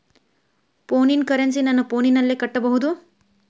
ಫೋನಿನ ಕರೆನ್ಸಿ ನನ್ನ ಫೋನಿನಲ್ಲೇ ಕಟ್ಟಬಹುದು?